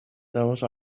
those